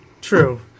True